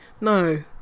no